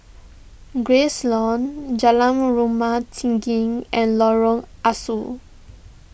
Grace Long Jalan Rumah Tinggi and Lorong Ah Soo